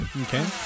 Okay